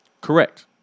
Correct